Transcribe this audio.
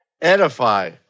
Edify